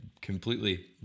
completely